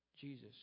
Jesus